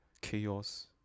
chaos